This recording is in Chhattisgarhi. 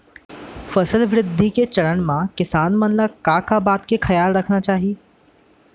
फसल वृद्धि के चरण म किसान मन ला का का बात के खयाल रखना चाही?